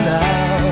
now